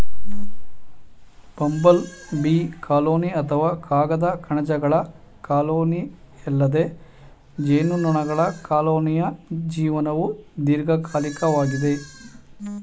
bumble bee colony ಅಥವಾ ಕಾಗದ ಕಣಜಗಳ ಕಾಲೋನಿಯಲ್ಲದೆ ಜೇನುನೊಣಗಳ ಕಾಲೋನಿಯ ಜೀವನವು ದೀರ್ಘಕಾಲಿಕವಾಗಿದೆ